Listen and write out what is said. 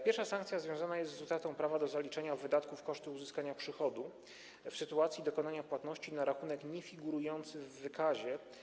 Pierwsza sankcja jest związana z utratą prawa do zaliczenia wydatków do kosztów uzyskania przychodu w sytuacji dokonania płatności na rachunek niefigurujący w wykazie.